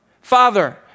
Father